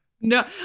No